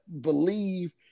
believe